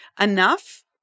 enough